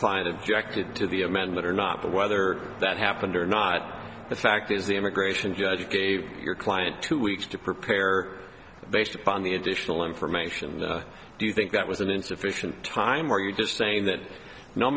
client of directed to the amendment or not but whether that happened or not the fact is the immigration judge gave your client two weeks to prepare based upon the additional information do you think that was an insufficient time or you're just saying that no